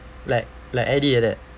like like eddie like that